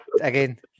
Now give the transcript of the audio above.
again